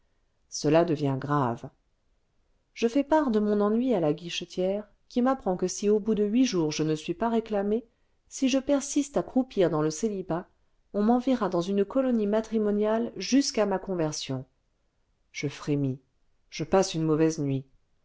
cela devient grave ce je fais part de mon ennui à la guichetière qui m'apprend m'apprend si au bout de huit jours je ne suis pas réclamé si je persiste à croupir clans le célibat on m'enverra dans une colonie matrimoniale jusqu'à ma conversion je frémis je passe une mauvaise nuit